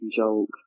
joke